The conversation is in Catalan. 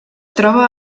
troba